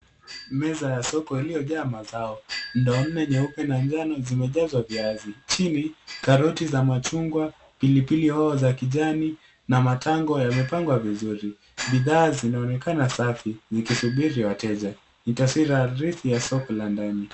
Meza ya soko iliyojaa mazao. Ndoo nne nyeupe na njano zimejazwa viazi. Chini, karoti za machungwa, pilipili hoho za kijani, na matango yamepangwa vizuri. Bidhaa zinaonekana safi, zikisubiri wateja. Ni taswira halisi ya soko la ndani.